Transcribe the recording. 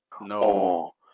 No